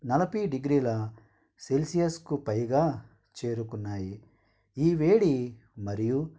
నలభై డిగ్రీల సెల్సియస్కు పైగా చేరుకున్నాయి ఈ వేడి మరియు